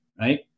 Right